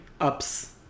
ups